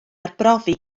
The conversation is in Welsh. arbrofi